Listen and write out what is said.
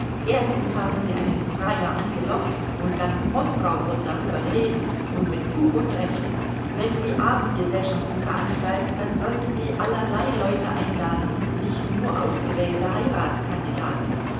erstens haben sie einen freier angelockt und ganz moskau wird darüber reden und mit fug und recht wenn sie abendgesellschaften veranstalten dann sollten sie allerlei leute einladen und nicht nur ausgewählte heiratskandidaten